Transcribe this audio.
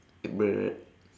bruh